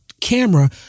camera